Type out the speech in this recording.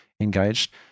engaged